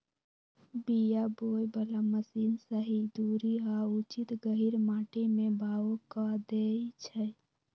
बीया बोय बला मशीन सही दूरी आ उचित गहीर माटी में बाओ कऽ देए छै